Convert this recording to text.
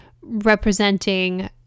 representing